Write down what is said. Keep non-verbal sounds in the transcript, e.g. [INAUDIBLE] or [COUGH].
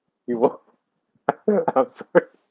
you were [LAUGHS] okay I'm sorry